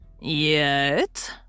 Yet